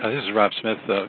this is rob smith.